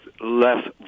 less